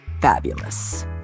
fabulous